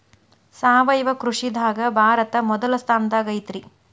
ಸಾವಯವ ಕೃಷಿದಾಗ ಭಾರತ ಮೊದಲ ಸ್ಥಾನದಾಗ ಐತ್ರಿ